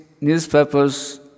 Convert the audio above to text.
newspapers